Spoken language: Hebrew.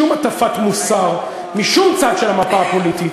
שום הטפת מוסר משום צד של המפה הפוליטית